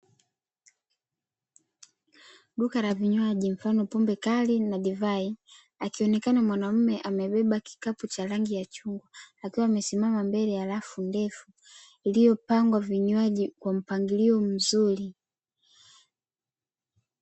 Duka la vinywaji mfano pombe kali lina divai, akionekana mwanaume amebeba kikapu cha rangi ya chungwa, akiwa amesimama mbele ya rafu ndefu iliyopangwa vinywaji kwa mpangilio mzuri.